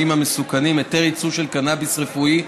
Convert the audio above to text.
המסוכנים (היתר יצוא של קנאביס רפואי),